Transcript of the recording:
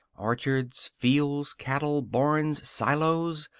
orchards, fields, cattle, barns, silos.